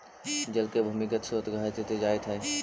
जल के भूमिगत स्रोत घटित जाइत हई